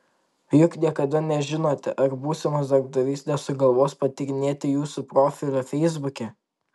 juk niekada nežinote ar būsimas darbdavys nesugalvos patyrinėti jūsų profilio feisbuke